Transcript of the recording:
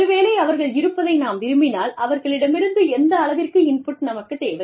ஒருவேளை அவர்கள் இருப்பதை நாம் விரும்பினால் அவர்களிடமிருந்து எந்தளவிற்கு இன்புட் நமக்கு தேவை